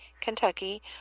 Kentucky